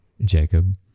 Jacob